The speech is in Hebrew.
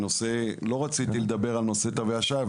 לא רציתי לדבר על נושא תווי השי,